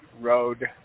road